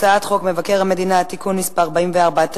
הצעת חוק מבקר המדינה (תיקון מס' 44),